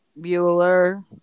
Bueller